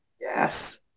yes